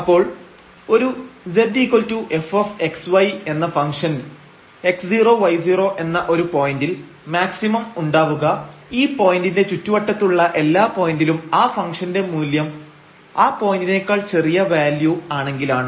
അപ്പോൾ ഒരു zfxy എന്ന ഫംഗ്ഷൻx0 y0 എന്ന ഒരു പോയിന്റിൽ മാക്സിമം ഉണ്ടാവുക ഈ പോയന്റിന്റെ ചുറ്റുവട്ടത്തുള്ള എല്ലാ പോയന്റിലും ആ ഫംഗ്ഷന്റെ മൂല്യം ആ പോയന്റിനേക്കാൾ ചെറിയ വാല്യൂ ആണെങ്കിലാണ്